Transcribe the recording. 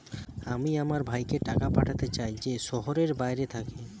আমি আমার ভাইকে টাকা পাঠাতে চাই যে শহরের বাইরে থাকে